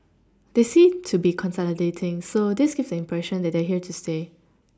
they seem to be consolidating so this gives the impression that they are here to stay